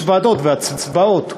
יש ועדות והצבעות.